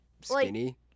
skinny